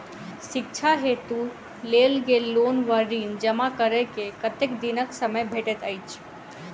शिक्षा हेतु लेल गेल लोन वा ऋण जमा करै केँ कतेक दिनक समय भेटैत अछि?